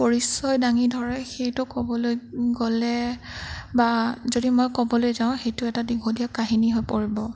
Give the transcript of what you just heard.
পৰিচয় দাঙি ধৰে সেইটো কবলৈ গ'লে বা যদি মই ক'বলৈ যাওঁ সেইটো এটা দীঘলীয়া কাহিনী হৈ পৰিব